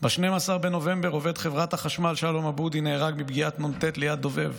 ב-12 בנובמבר עובד חברת החשמל שלום עבודי נהרג מפגיעת נ"ט ליד דוב"ב,